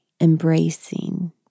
embracing